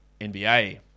NBA